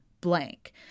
blank